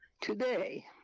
today